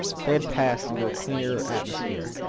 they had passed into a clearer atmosphere.